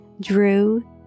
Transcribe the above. Drew